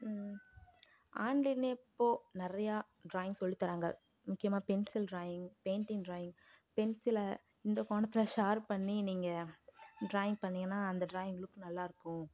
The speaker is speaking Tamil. ஆன்லைனில் இப்போது நிறையா டிராயிங் சொல்லித் தராங்க முக்கியமாக பென்சில் டிராயிங் பெயிண்டிங் டிராயிங் பென்சிலை இந்த கோணத்தில் ஷார்ப் பண்ணி நீங்கள் டிராயிங் பண்ணீங்கன்னால் அந்த டிராயிங் லுக் நல்லா இருக்கும்